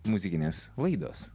muzikinės laidos